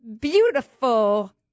beautiful